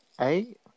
Eight